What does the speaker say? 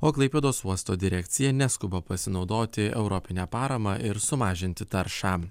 o klaipėdos uosto direkcija neskuba pasinaudoti europine parama ir sumažinti taršą